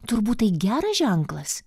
turbūt tai geras ženklas